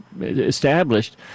established